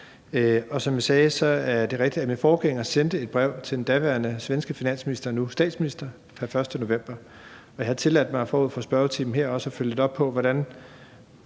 Og som jeg sagde, er det rigtigt, at min forgænger sendte et brev til den daværende svenske finansminister, nu statsminister, pr. 1. november. Og jeg har tilladt mig forud for spørgetiden her at følge lidt op på, hvordan